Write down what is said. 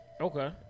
Okay